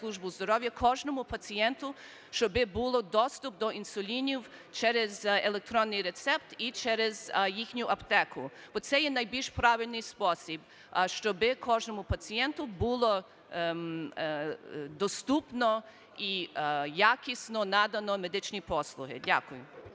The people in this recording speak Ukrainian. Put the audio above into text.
службу здоров'я, кожному пацієнту щоб було доступ інсулінів через електронний рецепт і через їхню аптеку. Оце є найбільш правильний спосіб, щоб кожному пацієнту було доступно і якісно надано медичні послуги. Дякую.